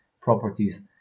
properties